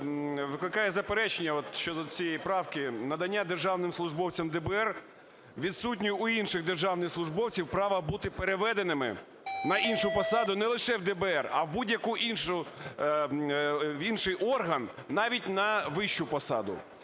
викликає заперечення, от щодо цієї правки, надання державним службовцям ДБР відсутнього у інших державних службовців права бути переведеними на іншу посаду не лише в ДБР, а в будь-який інший орган навіть на вищу посаду